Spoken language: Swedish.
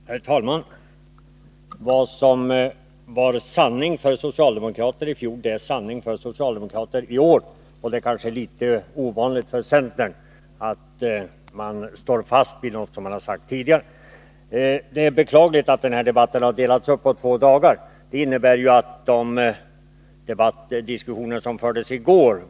Herr talman! Vad som var sanning för socialdemokrater i fjol är sanning för socialdemokrater i år — men det känns kanske litet ovanligt för centerpartister att man står fast vid något som man har sagt tidigare. Det är vidare beklagligt att denna debatt har delats upp på två dagar. Det innebär ju att vi måste ta hänsyn också till de diskussioner som fördes i går.